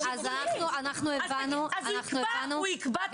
הוא יקבע תקציב,